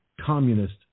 communist